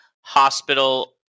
hospital